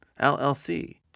LLC